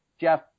jeff